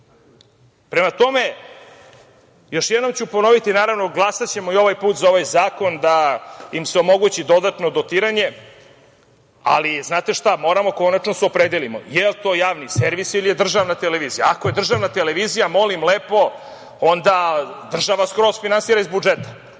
tome, još jednom ću ponoviti, naravno, glasaću za ovaj zakon da im se omogući dodatno dotiranje, ali znate šta moramo konačno da se opredelimo da li je to Javni servis ili je državna televizija? Ako je državna televizija, molim lepo, onda država skroz finansira iz budžeta.